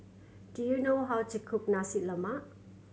do you know how to cook Nasi Lemak